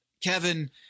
Kevin